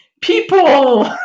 people